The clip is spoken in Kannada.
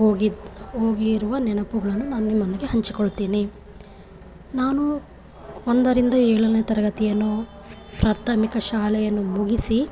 ಹೋಗಿ ಹೋಗಿರುವ ನೆನಪುಗಳನ್ನು ನಾನು ನಿಮ್ಮೊಂದಿಗೆ ಹಂಚಿಕೊಳ್ತೇನೆ ನಾನು ಒಂದರಿಂದ ಏಳನೇ ತರಗತಿಯನ್ನು ಪ್ರಾಥಮಿಕ ಶಾಲೆಯನ್ನು ಮುಗಿಸಿ